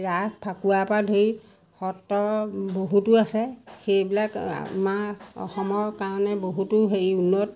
ৰাস ফাকুৱাৰ পৰা ধৰি সত্ৰ বহুতো আছে সেইবিলাক আমাৰ অসমৰ কাৰণে বহুতো হেৰি উন্নত